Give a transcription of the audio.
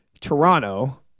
Toronto